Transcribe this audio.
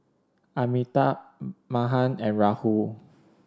Amitabh Mahan and Rahul